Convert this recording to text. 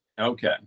Okay